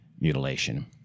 mutilation